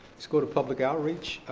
let's go to public outreach,